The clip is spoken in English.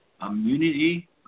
immunity